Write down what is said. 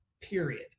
period